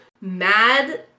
Mad